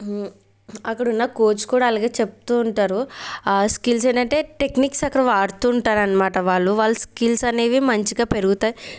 అక్కడున్న కోచ్ కూడా అలగే చెప్తూ ఉంటారు స్కిల్స్ అని అంటే టెక్నిక్స్ అక్కడ వాడుతుంటారన్నమాట వాళ్ళు వాళ్ళ స్కిల్స్ అనేవి మంచిగా పెరుగుతాయి